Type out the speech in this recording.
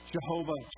Jehovah